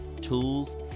tools